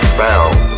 found